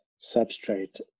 substrate